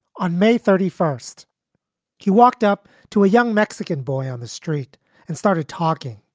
on may thirty, first he walked up to a young mexican boy on the street and started talking.